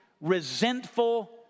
resentful